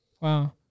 Wow